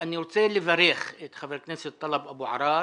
אני רוצה לברך את חבר הכנסת טלב אבו עראר